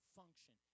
function